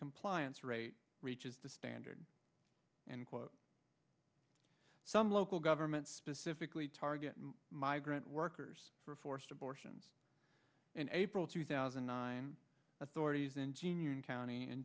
compliance rate reaches the standard and some local governments specifically target migrant workers for forced abortions in april two thousand and nine authorities ingenius county